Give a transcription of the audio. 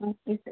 okay sir